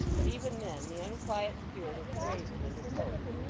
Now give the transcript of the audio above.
but even then the unquiet spirit of the raven interposed.